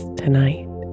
tonight